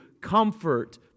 comfort